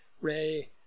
Ray